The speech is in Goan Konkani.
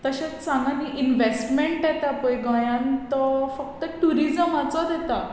तशेंच हांगा न्ही इनवॅस्टमँट येता पय गोंयांत तो फक्त टुरिजमाचोच येता